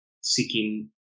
seeking